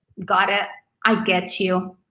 got it, i get you.